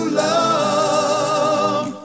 love